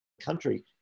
country